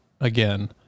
again